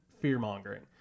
fear-mongering